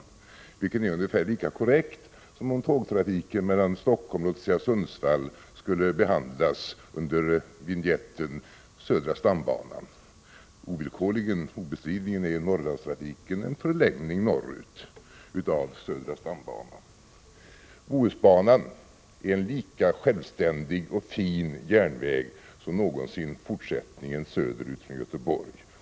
Denna rubrik är ungefär lika korrekt som om tågtrafiken mellan Stockholm och t.ex. Sundsvall skulle behandlas under överskriften Södra stambanan — obestridligen är Norrlandstrafiken en förlängning norrut av södra stambanan. Bohusbanan är en lika självständig och fin järnväg som någonsin fortsättningen söderut från Göteborg.